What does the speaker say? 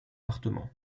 départements